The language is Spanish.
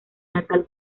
natal